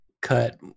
cut